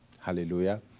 Hallelujah